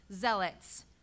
zealots